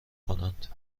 کنند